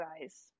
guys